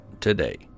today